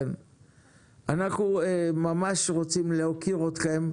אנחנו ממש רוצים להוקיר אתכם,